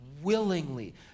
Willingly